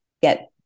get